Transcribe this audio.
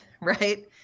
Right